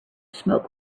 smoke